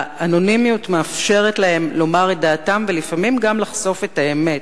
האנונימיות מאפשרת להם לומר את דעתם ולפעמים גם לחשוף את האמת.